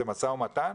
זה משא ומתן?